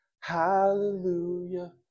Hallelujah